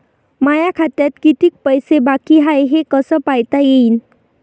माया खात्यात कितीक पैसे बाकी हाय हे कस पायता येईन?